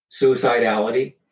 suicidality